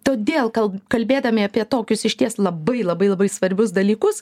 todėl kal kalbėdami apie tokius išties labai labai labai svarbius dalykus